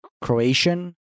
Croatian